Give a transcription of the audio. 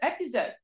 episode